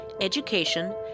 education